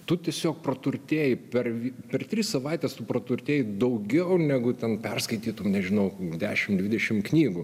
tu tiesiog praturtėji per vi per tris savaites tu praturtėji daugiau negu ten perskaitytum nežinau kokį dešimt dvidešimt knygų